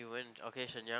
you went okay Shenyang